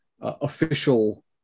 official